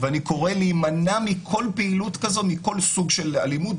ואני קורא להימנע מכל פעילות כזאת מכל סוג של אלימות,